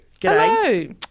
hello